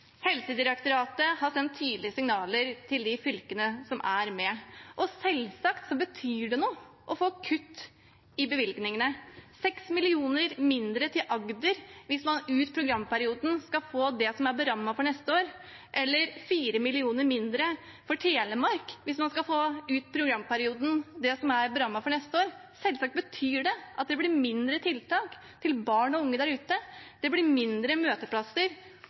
Helsedirektoratet har sendt tydelige signaler til de fylkene som er med. Selvsagt betyr det noe å få kutt i bevilgningene – 6 mill. kr mindre til Agder hvis man ut programperioden skal få det som er berammet for neste år, eller 4 mill. kr mindre til Telemark hvis man ut programperioden skal få det som er berammet for neste år. Selvsagt betyr det at det blir færre tiltak for barn og unge der ute, det blir færre møteplasser